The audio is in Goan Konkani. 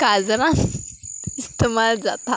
काजना इस्तमायल जाता